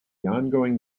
ongoing